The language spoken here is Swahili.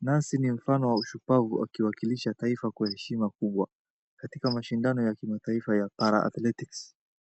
Nancy ni mfano wa ushupavu akiwakilisha taifa kwa heshima kubwa katika mashindano ya kimataifa ya ParaAthletics